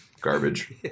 garbage